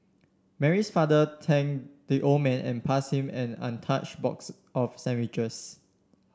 Mary's father thanked the old man and pass him an untouch box of sandwiches